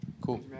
Cool